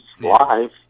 live